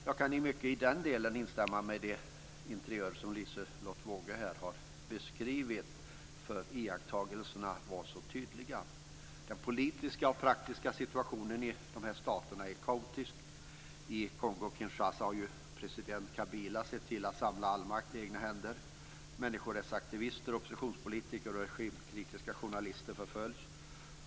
Jag kan i den delen i mycket instämma med den interiör som Liselotte Wågö här har beskrivit, för iakttagelserna var så tydliga. Den politiska och praktiska situationen i dessa stater är kaotisk. I Kongo-Kinshasa har president Kabila sett till att samla all makt i egna händer. Människorättsaktivister, oppositionspolitiker och regimkritiska journalister förföljs.